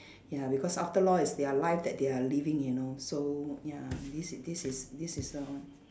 ya because after all it's their life that they are living and also ya this is this is this is a